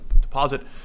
deposit